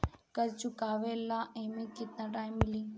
कर्जा चुकावे ला एमे केतना टाइम मिली?